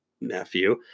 nephew